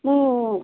ମୁଁ